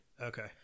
Okay